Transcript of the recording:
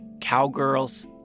cowgirls